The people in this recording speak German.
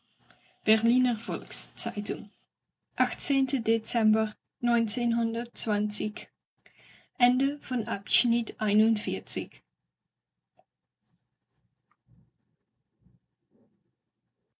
berliner volks-zeitung dezember